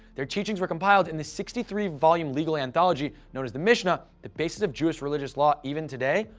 their teachings were compiled in this sixty three volume legal anthology known as the mishnah, the basis of jewish religious law even today,